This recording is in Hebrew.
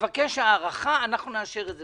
יבקש הארכה, אנחנו נאשר את זה